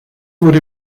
wurde